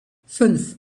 fünf